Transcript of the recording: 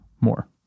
more